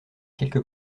quelques